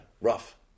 rough